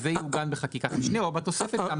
כשמדובר בחקיקה ראשית זה